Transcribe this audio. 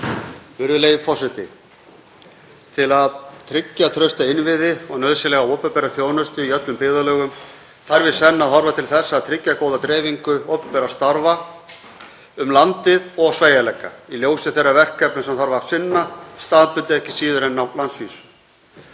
Virðulegi forseti. Til að tryggja trausta innviði og nauðsynlega opinbera þjónustu í öllum byggðarlögum þarf í senn að horfa til þess að tryggja góða dreifingu opinberra starfa um landið og sveigjanleika í ljósi þeirra verkefna sem þarf að sinna staðbundið, ekki síður en á landsvísu.